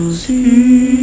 see